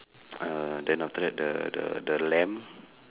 uh then after that the the the lamb